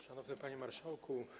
Szanowny Panie Marszałku!